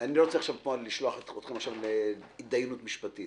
אני לא רוצה פה לשלוח אתכם עכשיו להתדיינות משפטית.